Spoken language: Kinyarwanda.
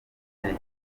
ace